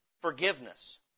forgiveness